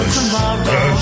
tomorrow